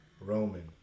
Roman